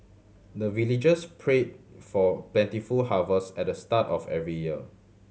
the villagers pray for plentiful harvest at the start of every year